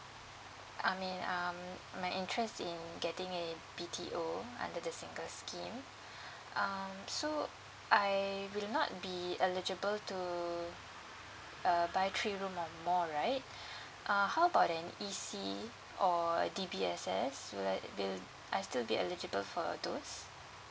I mean um my interest in getting a B_T_O under the singles scheme um so I will not be eligible to uh buy three room or more right uh how about an E_C or D_B_S_S will I will I still be eligible for those